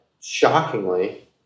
shockingly